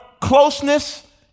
closeness